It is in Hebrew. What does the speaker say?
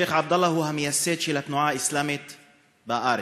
שיח' עבדאללה הוא המייסד של התנועה האסלאמית בארץ.